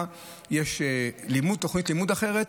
יש תוכנית לימוד אחרת,